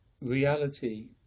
Reality